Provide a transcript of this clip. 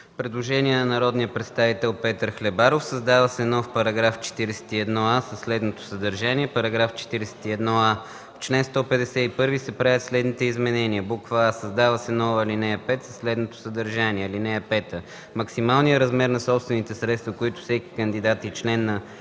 Предложение на народния представител Петър Хлебаров: Създава се нов § 41а със следното съдържание: „§ 41а. В чл. 151 се правят следните изменения: а) създава се нова алинея 5 със следното съдържание: „(5) Максималният размер на собствените средства, които всеки кандидат и всеки